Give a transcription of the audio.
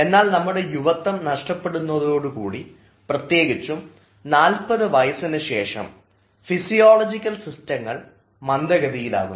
എന്നാൽ നമ്മുടെ യുവത്വം നഷ്ടപ്പെടുന്നതൊടുകൂടി പ്രത്യേകിച്ചും 40 വയസ്സിനുശേഷം ഫിസിയോളജിക്കൽ സിസ്റ്റങ്ങൾ മന്ദഗതിയിലാക്കുന്നു